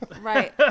Right